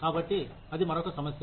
కాబట్టి అది మరొక సమస్య